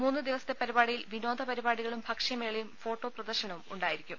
മൂന്ന് ദിവസത്തെ പരിപാടിയിൽ വിനോദപരിപാടികളും ഭക്ഷ്യമേളയും ഫോട്ടോ പ്രദർശനവും ഉണ്ടായിരിക്കും